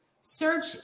Search